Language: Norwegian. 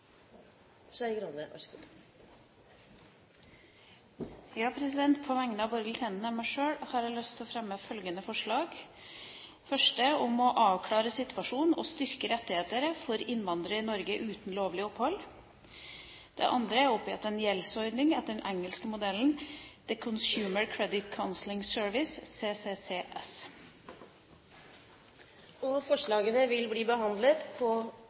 Skei Grande vil framsette to representantforslag. På vegne av Borghild Tenden og meg sjøl har jeg lyst til å fremme følgende forslag: om å avklare situasjonen og styrke rettighetene for innvandrere uten lovlig opphold i Norge om å opprette en gjeldsordning etter den engelske modellen The Consumer Credit Counselling Service Forslagene vil bli behandlet på